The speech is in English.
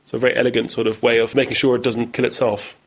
so very elegant sort of way of making sure it doesn't kill itself.